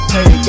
Hey